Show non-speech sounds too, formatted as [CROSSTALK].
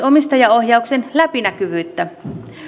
[UNINTELLIGIBLE] omistajaohjauksen läpinäkyvyyttä